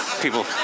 people